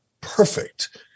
perfect